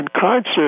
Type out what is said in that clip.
concert